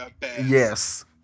Yes